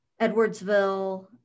Edwardsville